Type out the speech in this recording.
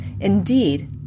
Indeed